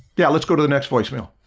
yeah, let's go to the next voicemail.